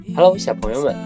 Hello,小朋友们